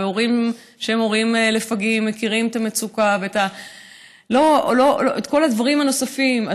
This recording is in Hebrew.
והורים שהם הורים לפגים מכירים את המצוקה ואת כל הדברים הנוספים.